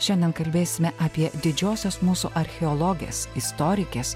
šiandien kalbėsime apie didžiosios mūsų archeologės istorikės